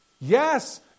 Yes